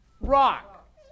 rock